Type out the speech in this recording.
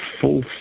full